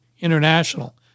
International